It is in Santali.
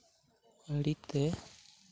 ᱟᱹᱰᱤ ᱛᱮ